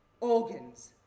organs